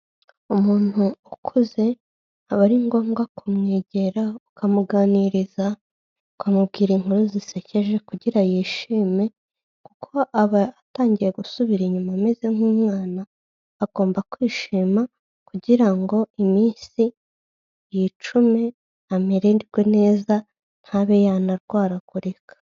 Umuntu ukuze aba ari ngombwa kumwegera ukamuganiriza, ukamubwira inkuru zisekeje kugira yishime kuko aba atangiye gusubira inyuma ameze nk'umwana, agomba kwishima kugira ngo iminsi yicume, amererwe neza, ntabe yanarwaragurika.